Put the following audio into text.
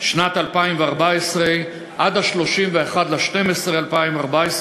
שנת 2014 עד 31 בדצמבר 2014,